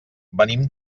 venim